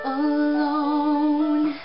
alone